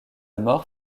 mort